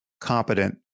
competent